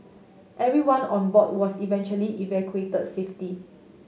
everyone on board was eventually evacuated safety